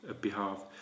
behalf